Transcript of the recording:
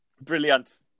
brilliant